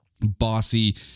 bossy